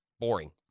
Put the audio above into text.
boring